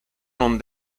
non